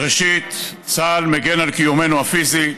ראשית, צה"ל מגן על קיומנו הפיזי,